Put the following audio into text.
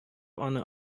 аны